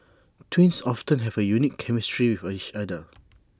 twins often have A unique chemistry with each other